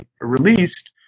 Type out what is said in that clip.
released